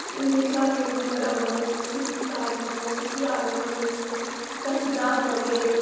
Mithila painting वला भऽ गेल सिक्की काज भऽ गेल सिक्की आर्ट भऽ जाइ छै कसीदा भऽ गेल